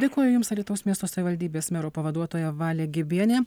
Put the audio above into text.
dėkoju jums alytaus miesto savivaldybės mero pavaduotoja valė gibienė